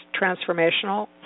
transformational